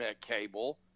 cable